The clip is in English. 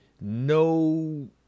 no